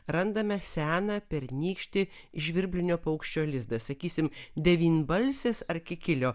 randame seną pernykštį žvirblinio paukščio lizdą sakysim devynbalsės ar kikilio